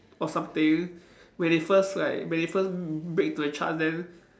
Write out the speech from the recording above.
or something when they first like when they first break into the charts then